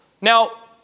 Now